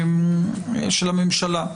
של הממשלה.